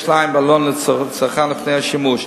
"יש לעיין בעלון לצרכן לפני השימוש".